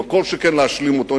כל שכן להשלים אותו,